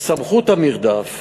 סמכות המרדף